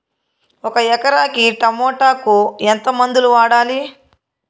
ఒక ఎకరాకి టమోటా కు ఎంత మందులు వాడాలి?